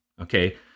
Okay